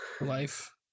Life